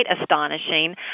astonishing